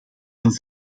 een